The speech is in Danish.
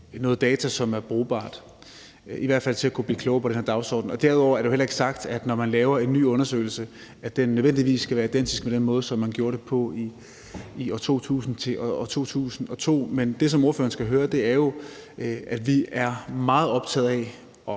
noget data, som i hvert fald er brugbart til at kunne blive klogere på den her dagsorden. Derudover har vi jo heller ikke sagt, at den måde, hvorpå man laver en ny undersøgelse, nødvendigvis skal være identisk med den måde, som man gjorde det på i årene 2000-2002. Men det, som ordføreren skal høre, er jo, at vi er meget optaget af at